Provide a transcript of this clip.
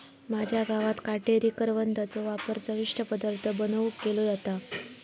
माझ्या गावात काटेरी करवंदाचो वापर चविष्ट पदार्थ बनवुक केलो जाता